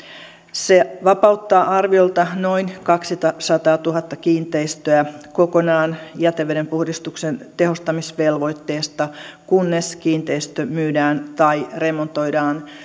se vapauttaa arviolta noin kaksisataatuhatta kiinteistöä kokonaan jätevedenpuhdistuksen tehostamisvelvoitteesta kunnes kiinteistö myydään tai remontoidaan